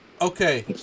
Okay